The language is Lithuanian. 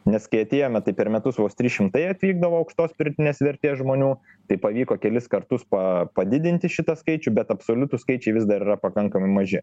nes kai atėjome tai per metus vos trys šimtai atvykdavo aukštos pridėtinės vertės žmonių tai pavyko kelis kartus pa padidinti šitą skaičių bet absoliutūs skaičiai vis dar yra pakankamai maži